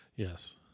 Yes